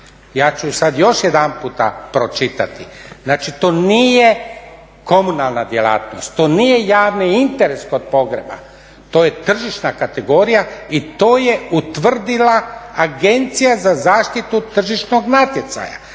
ja ću sad još jedanputa pročitati, znači to nije komunalna djelatnost, to nije javni interes kod pogreba to je tržišna kategorija i to je utvrdila Agencija za zaštitu tržišnog natjecanja.